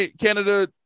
Canada